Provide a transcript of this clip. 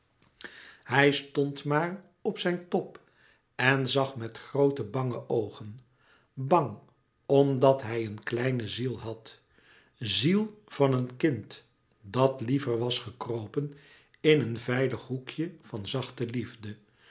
hij stond maar op zijn top en zag met groote bange oogen bang omdat hij eene kleine ziel had ziel van een kind dat liever was gekropen in een veilig hoekje van zachte liefde